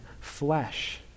flesh